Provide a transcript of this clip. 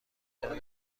دادم